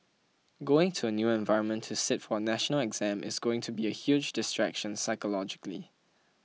going to a new environment to sit for a national exam is going to be a huge distraction psychologically